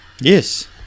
Yes